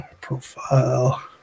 Profile